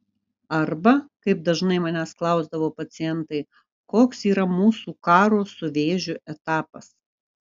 arba kaip dažnai manęs klausdavo pacientai koks yra mūsų karo su vėžiu etapas